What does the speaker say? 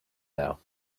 now